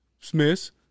Smiths